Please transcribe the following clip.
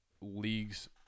leagues